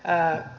ää